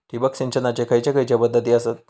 ठिबक सिंचनाचे खैयचे खैयचे पध्दती आसत?